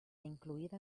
incluida